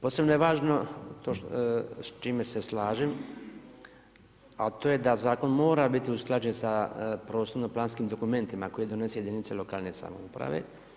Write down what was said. Posebno je važno s čime se slažem, a to je da zakon mora biti usklađen sa prostorno planskim dokumentima, koje donose jedinice lokalne samouprave.